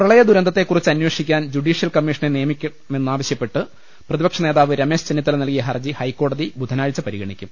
പ്രളയദുരന്തത്തെക്കുറിച്ച് അന്വേഷിക്കാൻ ജുഡീഷ്യൽ കമ്മീ ഷനെ നിയമിക്കണമെന്നാവശ്യപ്പെട്ട്പ്രതിപക്ഷനേതാവ് രമേശ് ചെന്നിത്തല നൽകിയ ഹർജി ഹൈക്കോടതി ബുധനാഴ്ച പരിഗ ണിക്കും